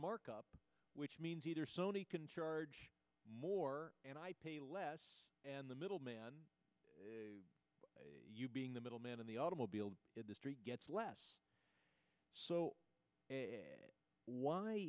markup which means either sony can charge more and i pay less and the middle man being the middle man in the automobile industry gets less so why